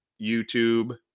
YouTube